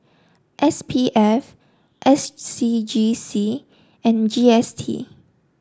S P F S C G C and G S T